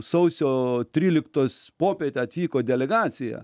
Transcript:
sausio tryliktos popietę atvyko delegacija